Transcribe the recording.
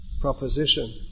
proposition